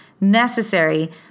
necessary